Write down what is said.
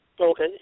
Okay